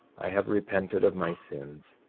i have repented of my sins,